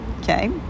okay